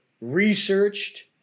researched